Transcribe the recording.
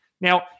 Now